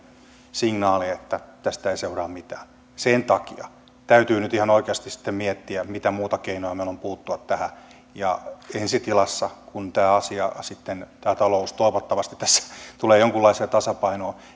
signaali että tästä ei seuraa mitään sen takia täytyy nyt ihan oikeasti sitten miettiä mitä muita keinoja meillä on puuttua tähän ja ensi tilassa kun sitten tämä talous toivottavasti tässä tulee jonkunlaiseen tasapainoon